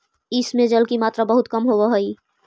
इस में जल की मात्रा बहुत कम होवअ हई